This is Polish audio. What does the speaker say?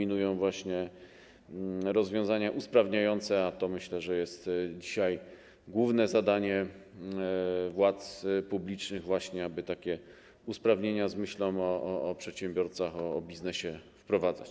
Dominują właśnie rozwiązania usprawniające, a to, myślę, jest dzisiaj głównym zadaniem władz publicznych, aby takie usprawnienia z myślą o przedsiębiorcach, o biznesie wprowadzać.